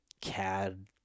cad